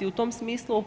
I u tom smislu